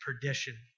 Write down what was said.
perdition